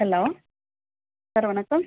hello sir வணக்கம்